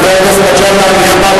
חבר הכנסת מג'אדלה הנכבד,